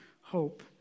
hope